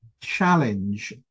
challenge